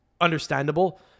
Understandable